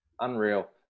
Unreal